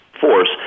force